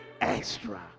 extra